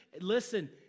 Listen